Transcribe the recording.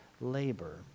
labor